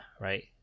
right